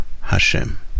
Hashem